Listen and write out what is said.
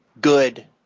good